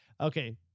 okay